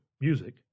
music